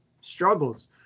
struggles